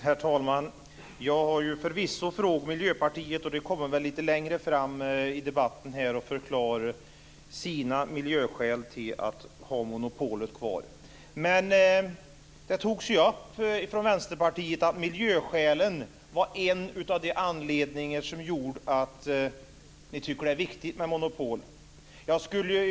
Herr talman! Jag har förvisso frågat Miljöpartiet, och de kommer väl att förklara sina miljöskäl till att monopolet ska finnas kvar lite längre fram i debatten. Men Vänsterpartiet tog ju upp miljöskälen som en anledning till att ni tycker att det är viktigt med monopol.